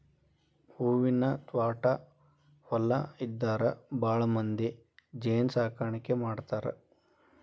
ಹೂವಿನ ತ್ವಾಟಾ ಹೊಲಾ ಇದ್ದಾರ ಭಾಳಮಂದಿ ಜೇನ ಸಾಕಾಣಿಕೆ ಮಾಡ್ತಾರ